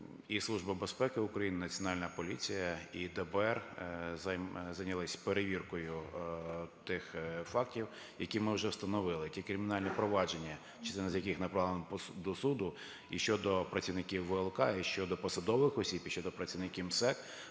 Служба безпеки України, Національна поліція, і ДБР зайнялись перевіркою тих фактів, які ми вже встановили, ті кримінальні провадження, частина з яких направлена до суду і щодо працівників ВЛК, і щодо посадових осіб, і щодо працівників МСЕК.